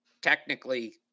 technically